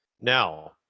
now